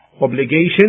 Obligation